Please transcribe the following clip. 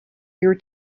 your